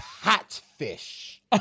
catfish